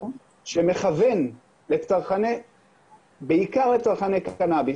שמכוון בעיקר לצרכני קנאביס,